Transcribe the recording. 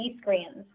screens